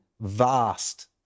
vast